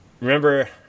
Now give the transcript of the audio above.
remember